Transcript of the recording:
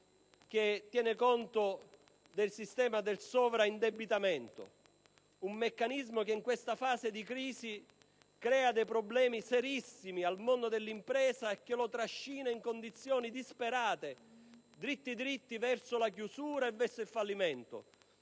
insieme di norme riguardo al sovraindebitamento, un meccanismo che in questa fase di crisi crea dei problemi serissimi al mondo dell'impresa e lo trascina in condizioni disperate verso la chiusura e il fallimento.